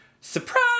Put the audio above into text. surprise